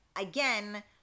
again